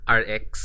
rx